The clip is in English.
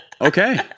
Okay